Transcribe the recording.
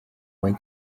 mwyn